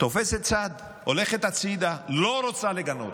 תופסת צד, הולכת הצידה ולא רוצה לגנות.